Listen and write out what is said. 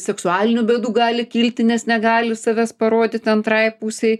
seksualinių bėdų gali kilti nes negali savęs parodyt antrai pusei